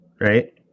right